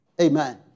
Amen